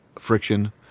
Friction